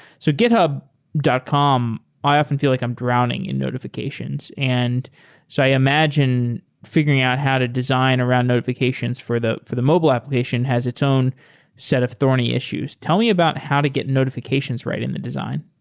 so github dot com, i often feel like i'm drowning in notifications. and so i imagine figuring out how to design around notifications for the for the mobile application has its own set of thorny issues. tell me about how to get notifications right in the design.